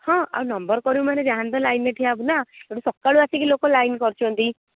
ହଁ ଆଉ ନମ୍ବର କରିବୁ ମାନେ ଯାହା ହେଲେ ତ ଲାଇନ୍ରେ ଠିଆ ହବୁ ନା ଏଇଠୁ ସକାଳୁ ଆସିକି ଲୋକ ଲାଇନ୍ କରୁଛନ୍ତି